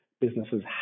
businesses